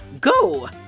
go